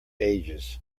ages